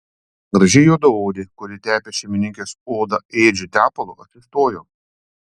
graži juodaodė kuri tepė šeimininkės odą ėdžiu tepalu atsistojo